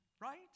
right